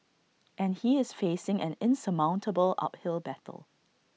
and he is facing an insurmountable uphill battle